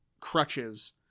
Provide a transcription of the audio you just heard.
Crutches